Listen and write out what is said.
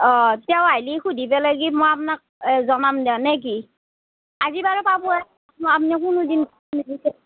অঁ তেওঁ আইলি সুধি পেলে কি মই আপনাক জনাম দে নে কি আজি বাৰু পাবয়েই আপনি কোনো দিন